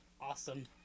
Awesome